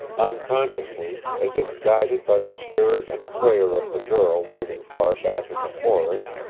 unconsciously, as if guided by the spirit and prayer of the girl waiting far back in the forest,